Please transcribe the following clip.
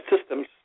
systems